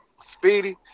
Speedy